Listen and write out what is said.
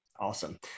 Awesome